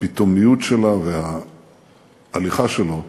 הפתאומיות שלה וההליכה שלו,